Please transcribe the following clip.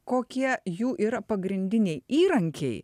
kokie jų yra pagrindiniai įrankiai